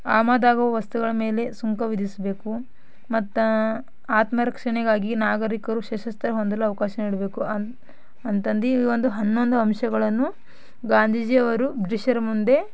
ಆಮದಾಗುವ ವಸ್ತುಗಳ ಮೇಲೆ ಸುಂಕ ವಿಧಿಸಬೇಕು ಮತ್ತು ಆತ್ಮರಕ್ಷಣೆಗಾಗಿ ನಾಗರಿಕರು ಸಶಸ್ತ್ರ ಹೊಂದಲು ಅವಕಾಶ ನೀಡಬೇಕು ಅಂತ ಅಂತಂದು ಒಂದು ಹನ್ನೊಂದು ಅಂಶಗಳನ್ನು ಗಾಂಧೀಜಿಯವರು ಬ್ರಿಷರ ಮುಂದೆ